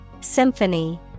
Symphony